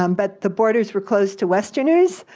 um but the borders were closed to westerners,